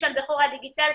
למשל בחורה דיגיטלית,